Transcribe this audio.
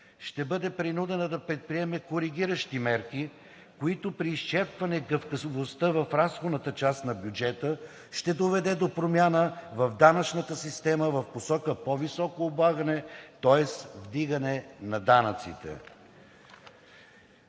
ще бъде принудена да предприеме коригиращи мерки, което, при изчерпване гъвкавостта в разходната част на бюджета, ще доведе до промяна в данъчната система в посока по-високо облагане, тоест вдигане на данъците.